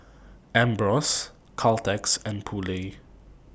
Ambros Caltex and Poulet